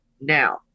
now